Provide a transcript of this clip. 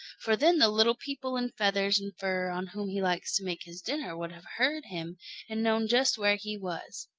for then the little people in feathers and fur on whom he likes to make his dinner would have heard him and known just where he was.